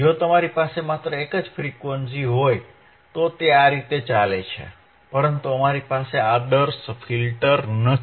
જો તમારી પાસે માત્ર એક જ ફ્રીક્વન્સી હોય તો તે આ રીતે ચાલે છે પરંતુ અમારી પાસે આદર્શ ફિલ્ટર નથી